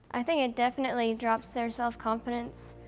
i think it definitely drops their self-confidence.